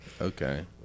Okay